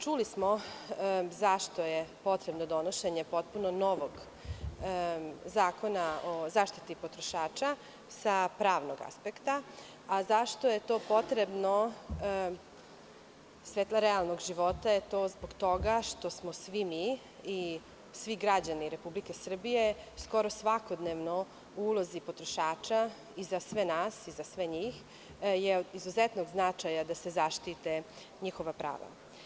Čuli smo zašto je potrebno donošenje potpuno novog Zakona o zaštiti potrošača sa pravnog aspekta, a zašto je to potrebno realnog života je to zbog toga što smo svi mi i svi građani Republike Srbije skoro svakodnevno u ulozi potrošača i za sve nas i za sve njih je od izuzetnog značaja da se zaštite njihova prava.